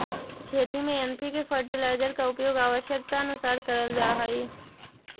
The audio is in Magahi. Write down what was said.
खेती में एन.पी.के फर्टिलाइजर का उपयोग आवश्यकतानुसार करल जा हई